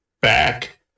back